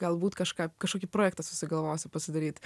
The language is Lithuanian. galbūt kažką kažkokį projektą susigalvosi pasidaryt